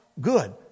good